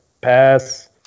pass